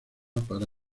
para